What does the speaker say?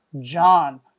John